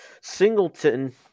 Singleton